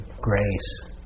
grace